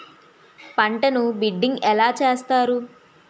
పంటను బిడ్డింగ్ ఎలా చేస్తారు?